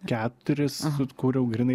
keturis kūriau grynai